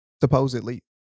supposedly